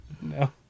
No